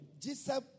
Jesus